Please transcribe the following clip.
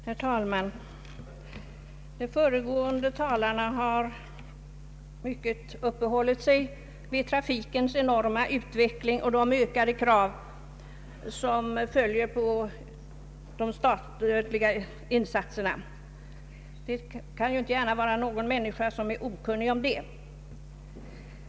Herr talman! De föregående talarna har mycket uppehållit sig vid trafikens enorma utveckling och de ökade krav på statliga insatser som därav följer — detta kan ju inte gärna någon människa vara okunnig om.